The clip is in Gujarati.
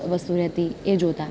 વસ્તુ રહેતી એ જોતાં